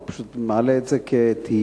אני פשוט מעלה את זה כתהייה.